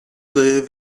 live